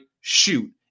shoot